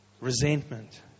Resentment